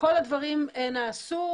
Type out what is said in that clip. כול הדברים נעשו,